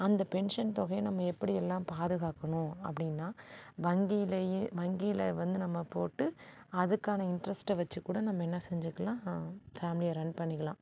அந்த பென்ஷன் தொகையை நம்ம எப்படியெல்லாம் பாதுகாக்கணும் அப்படினா வங்கியிலயே வங்கியில் வந்து நம்ம போட்டு அதுக்கான இன்ட்ரெஸ்ட்டை வச்சு கூட நம்ம என்ன செஞ்சுக்கலாம் ஃபேமிலியை ரன் பண்ணிக்கலாம்